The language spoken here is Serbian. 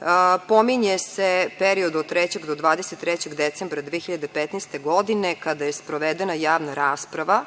zakonu. Pominje se period od 3. do 23. decembra 2015. godine, kada je sprovedena javna rasprava,